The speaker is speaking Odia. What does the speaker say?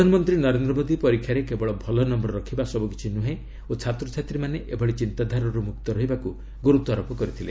ପ୍ରଧାନମନ୍ତ୍ରୀ ନରେନ୍ଦ୍ର ମୋଦୀ ପରୀକ୍ଷାରେ କେବଳ ଭଲ ନମ୍ଘର ରଖିବା ସବୁ କିଛି ନୁହେଁ ଓ ଛାତ୍ରଛାତ୍ରୀମାନେ ଏଭଳି ଚିନ୍ତାଧାରାରୁ ମୁକ୍ତ ହେବାକୁ ଗୁରୁତ୍ୱାରୋପ କରିଥିଲେ